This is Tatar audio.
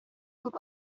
күп